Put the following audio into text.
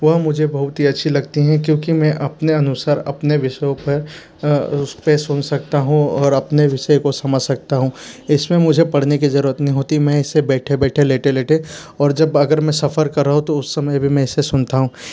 वह मुझे बहुत ही अच्छी लगती हैं क्योंकि मैं अपने अनुसार अपने विषयों पर उस पर सुन सकता हूँ और अपने विषय को समझ सकता हूँ इस में मुझे पढ़ने की ज़रूरत नहीं होती मैं इसे बैठे बैठे लेटे लेटे और जब अगर मैं सफ़र कर रा हूँ तो उस समय भी मैं इसे सुनता हूँ